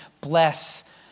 bless